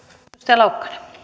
rouva